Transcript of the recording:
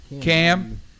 Cam